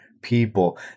People